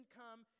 come